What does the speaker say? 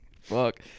Fuck